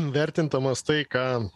vertindamas tai ką